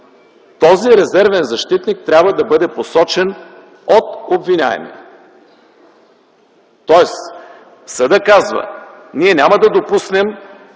този резервен защитник трябва да бъде посочен от обвиняемия.” Тоест съдът казва: „Ние няма да допуснем